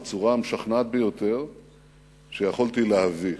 בצורה המשכנעת ביותר שיכולתי להביא.